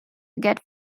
get